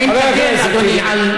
האם תגן, אדוני, חבר הכנסת טיבי.